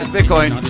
Bitcoin